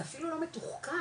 זה אפילו לא מתוחכם,